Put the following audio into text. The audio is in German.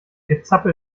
gezappel